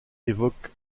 évoque